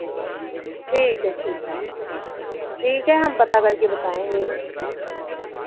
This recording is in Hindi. ठीक है ठीक ठीक है हम पता करके बताएंगे